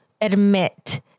admit